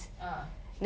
ah